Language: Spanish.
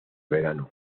verano